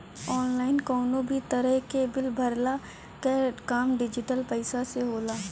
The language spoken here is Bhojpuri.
ऑनलाइन कवनो भी तरही कअ बिल भरला कअ काम डिजिटल पईसा से होला